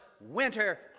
winter